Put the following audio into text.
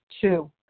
Two